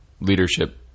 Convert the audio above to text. leadership